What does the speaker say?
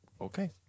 Okay